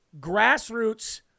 grassroots